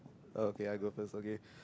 uh okay I go first okay